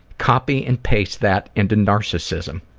copy and paste that into narcissism.